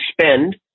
spend